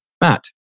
Matt